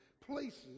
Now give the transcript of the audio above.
places